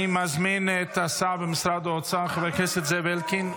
אני מזמין את השר במשרד האוצר חבר הכנסת זאב אלקין.